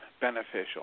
beneficial